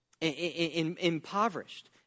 impoverished